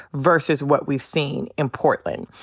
versus what we've seen in portland.